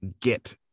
get